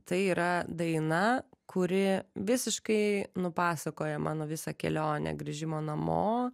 tai yra daina kuri visiškai nupasakoja mano visą kelionę grįžimo namo